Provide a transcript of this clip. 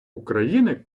україни